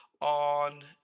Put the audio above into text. on